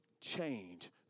change